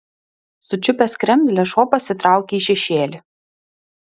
sučiupęs kremzlę šuo pasitraukė į šešėlį